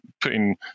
putting